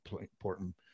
important